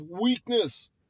weakness